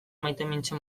maitemintze